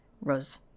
Rose